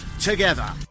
together